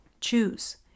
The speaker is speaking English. choose